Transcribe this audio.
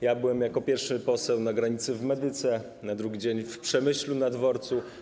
Ja byłem jako pierwszy poseł na granicy w Medyce, na drugi dzień w Przemyślu na dworcu.